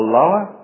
lower